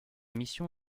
mission